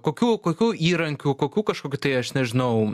kokių kokių įrankių kokių kažkokių tai aš nežinau